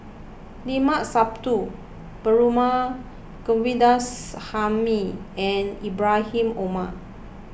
Limat Sabtu Perumal Govindaswamy and Ibrahim Omar